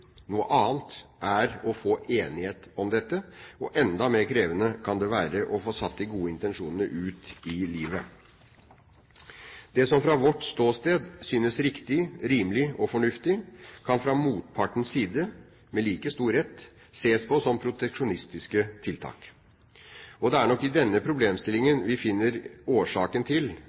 Noe annet er å få enighet om dette, og enda mer krevende kan det være å få satt de gode intensjonene ut i livet. Det som fra vårt ståsted synes riktig, rimelig og fornuftig, kan fra motpartens side – med like stor rett – ses på som proteksjonistiske tiltak. Og det er nok i denne problemstillingen vi finner årsaken til